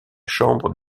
chambre